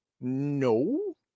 No